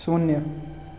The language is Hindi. शून्य